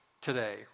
today